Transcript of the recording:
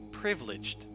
privileged